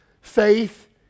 faith